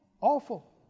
Awful